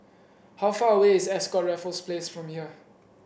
how far away is Ascott Raffles Place from here